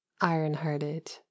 iron-hearted